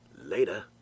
later